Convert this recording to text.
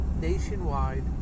nationwide